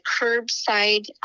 curbside